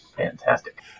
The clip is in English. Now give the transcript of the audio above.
fantastic